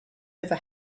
never